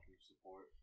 support